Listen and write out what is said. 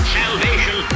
salvation